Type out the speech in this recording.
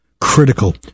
critical